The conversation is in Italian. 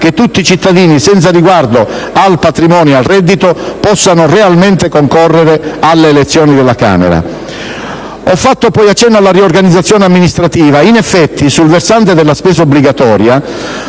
che tutti i cittadini, senza riguardo al patrimonio o al reddito, possano realmente concorrere alle elezioni delle Camere. Ho fatto poi accenno alla riorganizzazione amministrativa. In effetti, sul versante della spesa obbligatoria